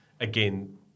again